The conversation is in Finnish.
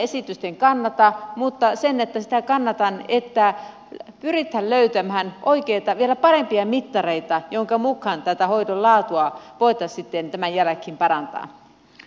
sinänsä esitystä en kannata mutta sitä kannatan että pyritään löytämään oikeita vielä parempia mittareita joiden mukaan tätä hoidon laatua voitaisiin sitten tämän jälkeen parantaa